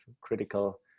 critical